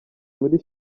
muri